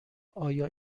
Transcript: آیا